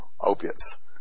opiates